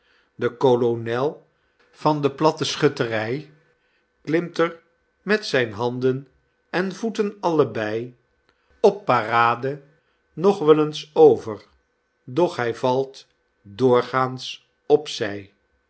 de kolonel van de platte schuttery klimt er met zijn handen en voeten allebei op parade nog wel eens over doch hy valt doorgaans op